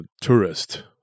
tourist